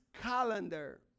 calendar